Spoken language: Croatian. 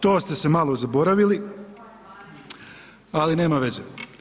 To ste se malo zaboravili, ali nema veze.